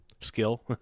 Skill